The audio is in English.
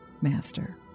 Master